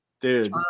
Dude